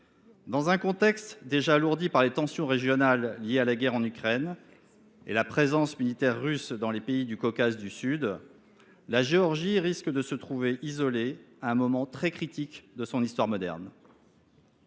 Dans un contexte déjà alourdi par les tensions régionales liées à la guerre en Ukraine et la présence militaire russe dans les pays du Caucase du Sud, la Géorgie risque de se retrouver isolée à un moment très critique de son histoire moderne.